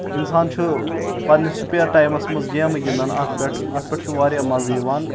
اِنسان چھُ پنٕنِس سُپیر ٹایمَس منٛز گیمہٕ گِنٛدان اَتھ پؠٹھ اَتھ پؠٹھ چھُ واریاہ مَزٕ یِوان